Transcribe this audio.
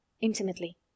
Intimately